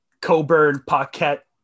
Coburn-Paquette